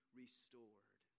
restored